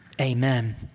amen